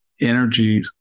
energy